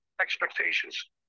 expectations